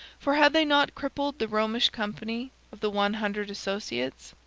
for had they not crippled the romish company of the one hundred associates?